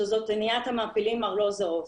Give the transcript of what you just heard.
שזאת אניית המעפילים ארלוזורוב.